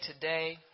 today